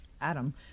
Adam